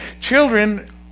children